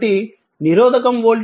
కాబట్టి నిరోధకం voltage vR i R